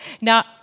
Now